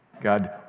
God